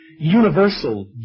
universal